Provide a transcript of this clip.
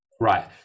right